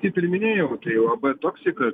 kaip ir minėjau tai uab toksika